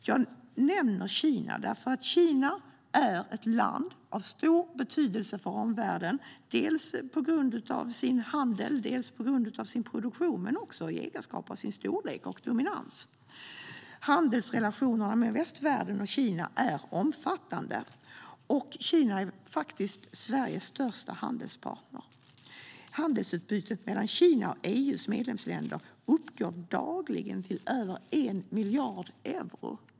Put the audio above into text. Jag nämner Kina därför att det är ett land av stor betydelse för omvärlden, dels på grund av sin handel och sin produktion, dels på grund av sin storlek och dominans. Handelsrelationerna mellan västvärlden och Kina är omfattande. Kina är faktiskt Sveriges största handelspartner. Handelsutbytet mellan Kina och EU:s medlemsländer uppgår dagligen till över 1 miljard euro.